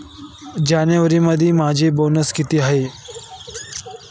जानेवारीमध्ये माझा बॅलन्स किती होता?